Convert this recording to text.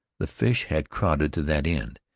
the fish had crowded to that end,